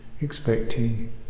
expecting